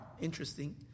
interesting